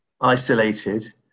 isolated